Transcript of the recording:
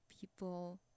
people